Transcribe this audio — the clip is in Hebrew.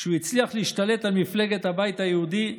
כשהוא הצליח להשתלט על מפלגת הבית היהודי,